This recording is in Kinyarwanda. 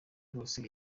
rwose